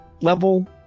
level